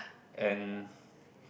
and